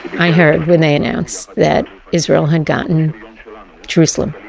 i heard when they announced that israel had gotten jerusalem.